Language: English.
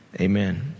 amen